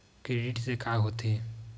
Credit से का होथे?